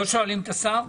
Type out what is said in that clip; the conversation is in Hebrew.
לא שואלים את השר?